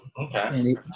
Okay